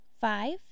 Five